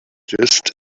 just